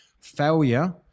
Failure